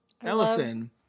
Ellison